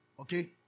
Okay